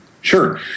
Sure